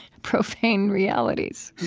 profane realities. yeah